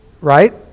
right